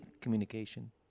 communication